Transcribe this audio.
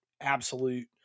absolute